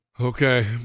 Okay